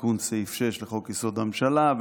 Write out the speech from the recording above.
תיקון סעיף 6 לחוק-יסוד: הממשלה,